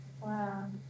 Wow